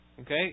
Okay